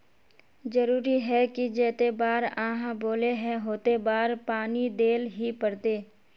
जरूरी है की जयते बार आहाँ बोले है होते बार पानी देल ही पड़ते?